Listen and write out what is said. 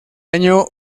año